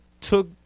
took